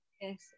Yes